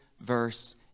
verse